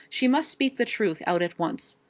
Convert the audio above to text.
she must speak the truth out at once.